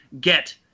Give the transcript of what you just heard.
get